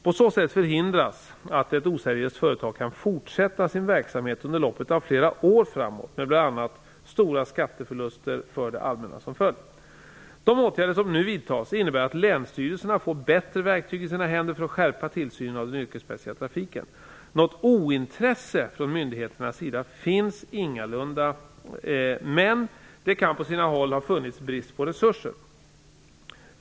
På så sätt förhindras att ett oseriöst företag kan fortsätta sin verksamhet under loppet av flera år framåt med bl.a. stora skatteförluster för det allmänna som följd. De åtgärder som nu vidtas innebär att länsstyrelserna får bättre verktyg i sina händer för att skärpa tillsynen av den yrkesmässiga trafiken. Något ointresse från myndigheternas sida finns ingalunda, men det kan på sina håll ha funnits brist på resurser.